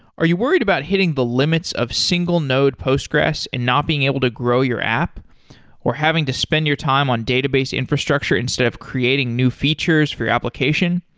are you worried about hitting the limits of single node postgres and not being able to grow your app or having to spend your time on database infrastructure instead of creating new features for you application?